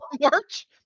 March